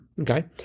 Okay